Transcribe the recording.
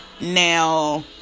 Now